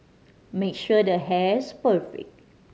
make sure the hair's perfect